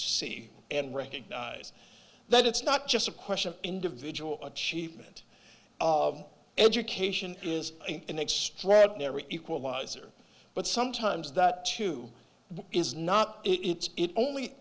see and recognize that it's not just a question of individual achievement of education is an extraordinary equalizer but sometimes that too is not it